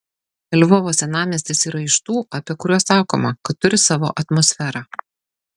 lvovo senamiestis yra iš tų apie kuriuos sakoma kad turi savo atmosferą